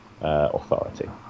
authority